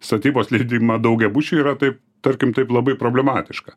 statybos leidimą daugiabučiui yra tai tarkim taip labai problematiška